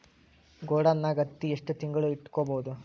ಗೊಡಾನ ನಾಗ್ ಹತ್ತಿ ಎಷ್ಟು ತಿಂಗಳ ಇಟ್ಕೊ ಬಹುದು?